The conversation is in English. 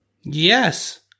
Yes